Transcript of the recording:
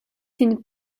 sin